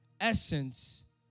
essence